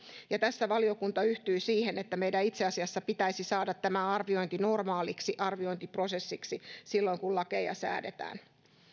tässä valiokunta yhtyi siihen että meidän itse asiassa pitäisi saada tämä arviointi normaaliksi arviointiprosessiksi silloin kun lakeja säädetään